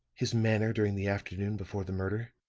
his manner during the afternoon before the murder.